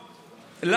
קפלון.